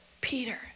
Peter